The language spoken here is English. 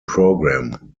program